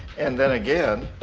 and then again,